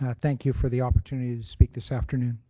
ah thank you for the opportunity to speak this afternoon.